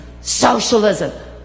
socialism